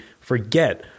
forget